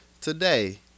Today